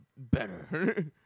Better